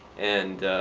and